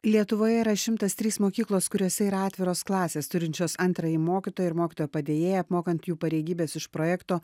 lietuvoje yra šimtas trys mokyklos kuriose yra atviros klasės turinčios antrąjį mokytoją ir mokytojo padėjėją apmokant jų pareigybes iš projekto